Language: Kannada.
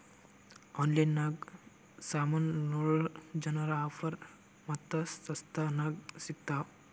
ಆನ್ಲೈನ್ ನಾಗ್ ಸಾಮಾನ್ಗೊಳ್ ಜರಾ ಆಫರ್ ಮತ್ತ ಸಸ್ತಾ ನಾಗ್ ಸಿಗ್ತಾವ್